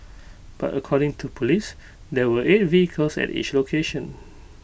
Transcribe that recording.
but according to Police there were eight vehicles at each location